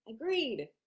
agreed